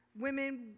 Women